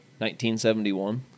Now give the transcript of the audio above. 1971